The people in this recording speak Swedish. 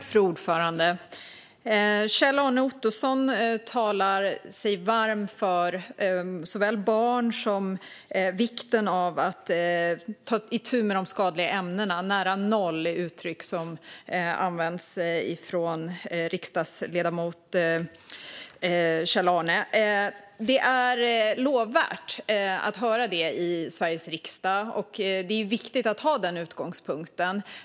Fru talman! Kjell-Arne Ottosson talar sig varm för såväl barn som vikten av att ta itu med de skadliga ämnena. "Nära noll" är ett uttryck som används av riksdagsledamoten Kjell-Arne. Det är lovvärt att vi får höra det i Sveriges riksdag, och det är viktigt att ha den utgångspunkten.